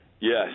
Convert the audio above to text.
Yes